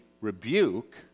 rebuke